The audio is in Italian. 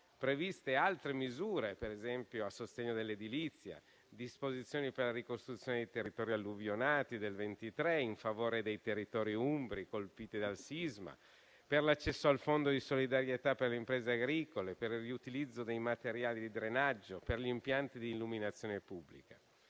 previste altre misure, ad esempio a sostegno dell'edilizia; disposizioni per la ricostruzione dei territori alluvionati del 2023 e in favore dei territori umbri colpiti dal sisma; disposizioni per l'accesso al fondo di solidarietà per le imprese agricole, per il riutilizzo dei materiali di drenaggio, per gli impianti di illuminazione pubblica.